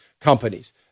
companies